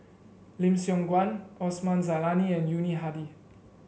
Lim Siong Guan Osman Zailani and Yuni Hadi